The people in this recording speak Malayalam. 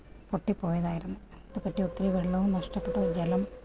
പൊട്ടിപ്പോയതായിരുന്നു എന്ത് പറ്റിയോ ഒത്തിരി വെള്ളവും നഷ്ടപ്പെട്ടു ജലം